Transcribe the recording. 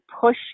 push